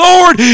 Lord